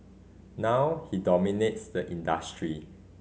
now he dominates the industry